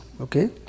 Okay